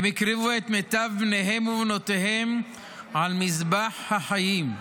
הן הקריבו את מיטב בניהן ובנותיהן על מזבח החיים,